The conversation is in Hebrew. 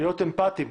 להיות אמפתיים,